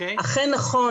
אכן נכון,